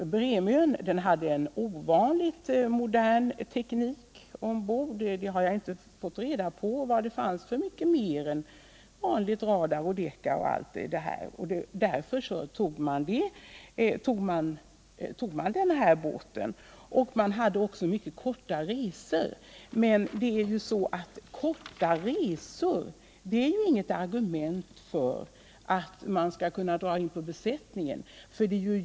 Bremön sägs ha en ovanligt modern teknik ombord, men jag har inte fått reda på vilka moderna finesser det skulle röra sig om. Det har också talats om korta resor för Bremön, men det är ju inget argument för att man kan dra in på besättningen.